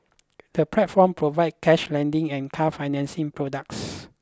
the platform provides cash lending and car financing products